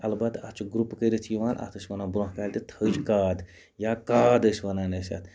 اَلبتہٕ اَتھ چھُ گرُپ کرِتھ یِوان اَتھ ٲسۍ وَنان بروٚنٛہہ کالہِ تہِ تھٔجۍ کاد یا کاد ٲسۍ وَنان ٲسۍ أسۍ یَتھ